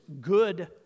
good